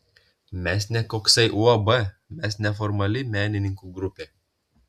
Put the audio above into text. mes ne koksai uab mes neformali menininkų grupė